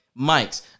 mics